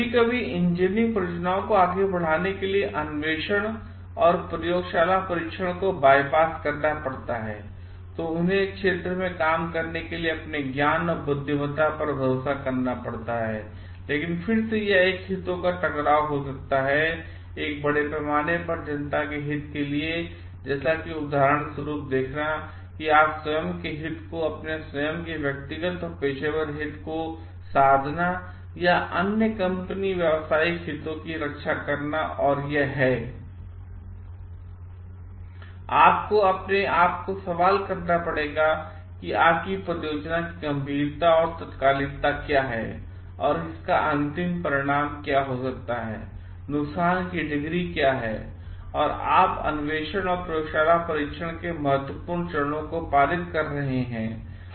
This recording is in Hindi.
को परियोजनाओं को आगे बढ़ाने के लिए अन्वेषण और प्रयोगशाला परीक्षण को बायपास करना पड़ता है और उन्हें क्षेत्र में काम करने के लिए अपने ज्ञान और बुद्धिमत्ता पर भरोसा करना पड़ता है लेकिन फिर से यह एक हितों का टकराव हो सकता है एकबड़े पैमाने पर जनता के हित के लिए जैसे कि उदहारण स्वरुप देखना अपना आप स्वयं के हित को अपने स्वयं के व्यक्तिगत पेशेवर हित को साधना या अपनी कंपनियों व्यावसायिक हितों की रक्षा करना और यह है आपको अपने आप से सवाल करना होगा कि आपकी परियोजना की गंभीरता और तात्कालिकता क्या है और इसका अंतिम परिणाम क्या हो सकता है नुकसान की डिग्री क्या है अगर आप अन्वेषण और प्रयोगशाला परीक्षण के महत्वपूर्ण चरणों को पारित कर रहे हैं